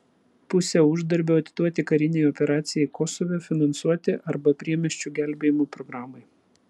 pusę uždarbio atiduoti karinei operacijai kosove finansuoti arba priemiesčių gelbėjimo programai